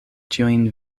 ĉiujn